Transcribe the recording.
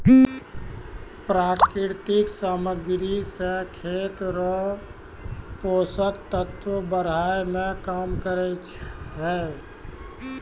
प्राकृतिक समाग्री से खेत रो पोसक तत्व बड़ाय मे काम करै छै